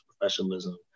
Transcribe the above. professionalism